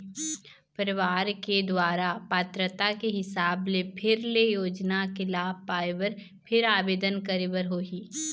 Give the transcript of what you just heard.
परवार के दुवारा पात्रता के हिसाब ले फेर ले योजना के लाभ पाए बर फेर आबेदन करे बर होही